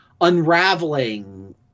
unraveling